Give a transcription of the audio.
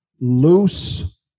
loose